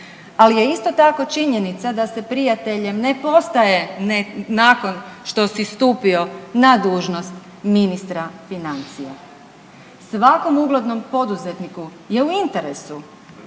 ali je isto tako činjenica da se prijateljem ne postaje nakon što si stupio na dužnost ministra financija. Svakom uglednom poduzetniku je u interesu